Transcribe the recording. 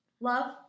Love